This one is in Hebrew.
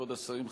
כבוד השרים,